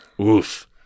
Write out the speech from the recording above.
Oof